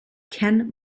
ken